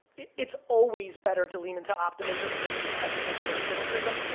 it's always better to lean into optimism versus pessimism and cynicism,